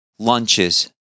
lunches